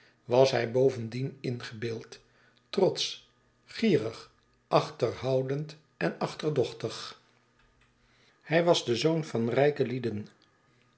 was hij bovendien ingebeeld trotsch gierig achterhoudend en achterdochtig hij was de zoon van rijke lieden